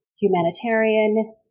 humanitarian